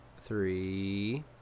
three